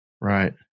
Right